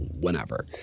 whenever